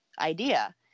idea